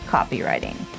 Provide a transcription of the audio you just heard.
Copywriting